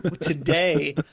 Today